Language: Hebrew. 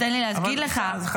לא, אז תן לי להגיד לך.